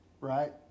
Right